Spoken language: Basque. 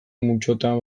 multzotan